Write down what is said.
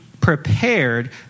prepared